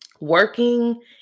Working